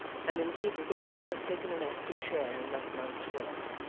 and indeed with all who had taken an active share in that night's work,